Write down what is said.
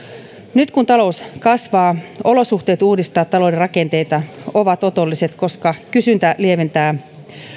nyt kun talous kasvaa olosuhteet uudistaa talouden rakenteita ovat otolliset koska kysyntä lieventää